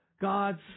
God's